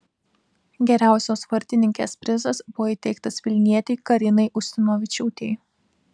geriausios vartininkės prizas buvo įteiktas vilnietei karinai ustinovičiūtei